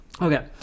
Okay